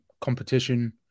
competition